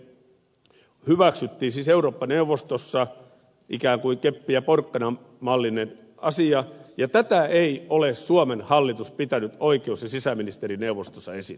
tämä aloite hyväksyttiin siis eurooppa neuvostossa ikään kuin keppi ja porkkana mallinen asia ja tätä ei ole suomen hallitus pitänyt oikeus ja sisäministerineuvostossa esillä